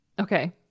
Okay